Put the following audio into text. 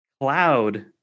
Cloud